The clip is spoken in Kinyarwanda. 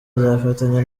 azafatanya